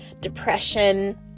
depression